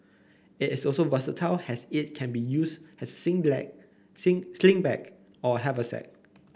it is also versatile as it can be used as sling bag sing sling bag or a haversack